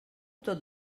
tot